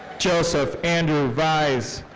joseph andrew vize.